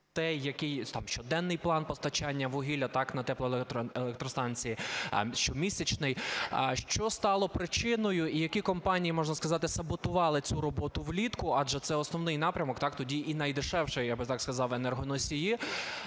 щоденний план постачання вугілля на теплоелектростанції, щомісячний. Що стало причиною і які компанії, можна сказати, саботували цю роботу влітку? Адже це основний напрямок, тоді і найдешевші, я би так сказав, енергоносії.